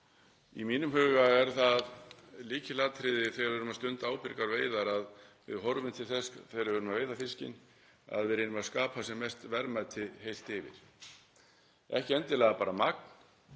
Í mínum huga er lykilatriði þegar við erum að stunda ábyrgar veiðar að við horfum til þess þegar við erum að veiða fiskinn að reyna að skapa sem mest verðmæti heilt yfir, ekki endilega bara magn